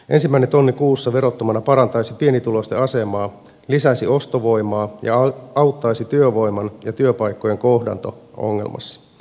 ensimmäinen tonni kuussa verottomana parantaisi pienituloisten asemaa lisäisi ostovoimaa ja auttaisi työvoiman ja työpaikkojen kohtaanto ongelmassa